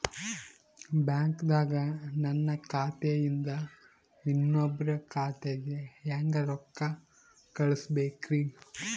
ಬ್ಯಾಂಕ್ದಾಗ ನನ್ ಖಾತೆ ಇಂದ ಇನ್ನೊಬ್ರ ಖಾತೆಗೆ ಹೆಂಗ್ ರೊಕ್ಕ ಕಳಸಬೇಕ್ರಿ?